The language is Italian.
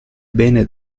bene